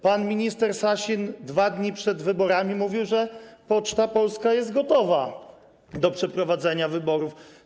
Pan minister Sasin 2 dni przed wyborami mówił, że Poczta Polska jest gotowa do przeprowadzenia wyborów.